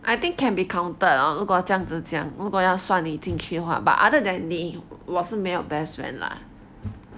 I think can be counted hor 如果这样子讲如果要算你进去的话 but other 你我是没有 best friend 的 lah